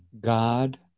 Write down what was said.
God